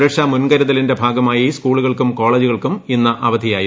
സുരക്ഷാ മുൻകരുതലിന്റെ ഭാഗമായി സ്കൂളുകൾക്കും കോളേജുകൾക്കും ഇന്ന് അവധിയായിരുന്നു